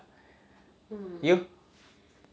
you